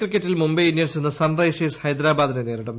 ക്രിക്കറ്റിൽ മുംബൈ ഇന്ത്യൻസ് ഇന്ന് Sunrisers ഹൈദരാബാദിനെ നേരിടും